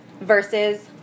versus